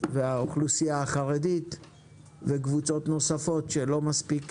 והאוכלוסייה החרדית וקבוצות נוספות שלא מספיק